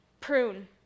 prune